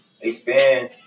expand